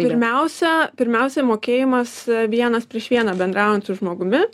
pirmiausia pirmiausia mokėjimas vienas prieš vieną bendraujant su žmogumi